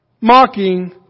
mocking